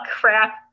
crap